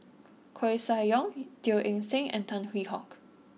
Koeh Sia Yong Teo Eng Seng and Tan Hwee Hock